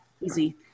easy